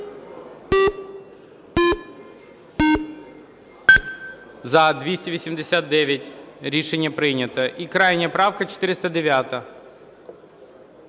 За-289 Рішення прийнято. І крайня правка - 409.